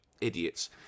idiots